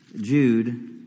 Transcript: Jude